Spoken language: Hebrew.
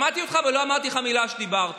שמעתי אותך ולא אמרתי לך מילה כשדיברת.